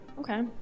Okay